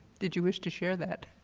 did you wish to share that?